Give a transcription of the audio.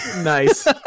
nice